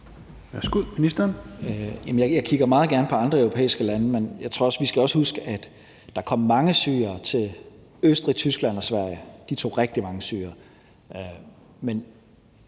Jeg kigger meget gerne på andre europæiske lande, men jeg tror også, vi skal huske, selv om der kom mange syrere til Østrig, Tyskland og Sverige – de tog rigtig mange syrere